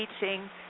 teaching